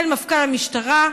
של מפכ"ל המשטרה.